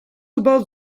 about